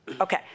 Okay